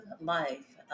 life